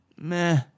meh